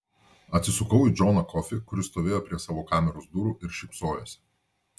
atsisukau į džoną kofį kuris stovėjo prie savo kameros durų ir šypsojosi